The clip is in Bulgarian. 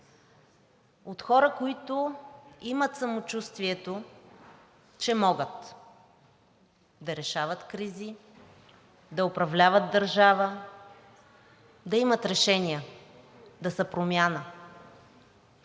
От хора, които имат самочувствието, че могат да решават кризи, да управляват държава, да имат решения, да са промяна.